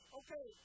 okay